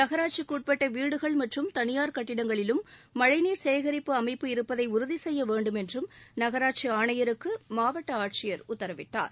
நகராட்சிக்குட்பட்ட வீடுகள் மற்றும் தனியார் கட்டடங்களிலும் மழைநீர் சேகிப்பு அமைப்பு இருப்பதை உறுதி செய்ய வேண்டும் என்றும் நகராட்சி ஆணையருக்கு மாவட்ட ஆட்சியர் உத்தரவிட்டார்